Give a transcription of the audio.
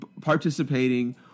participating